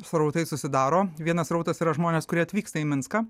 srautai susidaro vienas srautas yra žmonės kurie atvyksta į minską